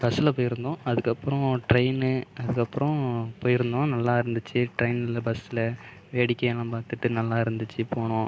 பஸ்ஸில் போய்ருந்தோம் அதுக்கப்புறம் டிரெய்ன்னு அதுக்கப்புறம் போய்ருந்தோம் நல்லா இருந்துச்சு டிரெய்ன்ல பஸ்ஸில் வேடிக்கையெல்லாம் பார்த்துட்டு நல்லாயிருந்துச்சு போனோம்